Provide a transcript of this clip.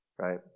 right